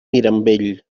mirambell